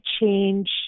change